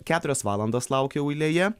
keturias valandas laukiau eilėje